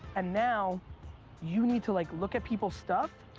and now you need to like look at people's stuff,